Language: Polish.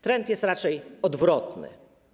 Trend jest raczej odwrotny.